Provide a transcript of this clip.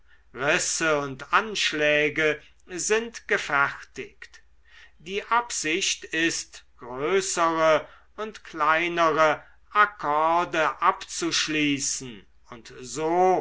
und anschläge sind gefertigt die absicht ist größere und kleinere akkorde abzuschließen und so